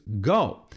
go